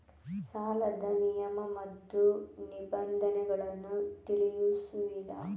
ಸಾಲದ ನಿಯಮ ಮತ್ತು ನಿಬಂಧನೆಗಳನ್ನು ತಿಳಿಸುವಿರಾ?